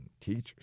teachers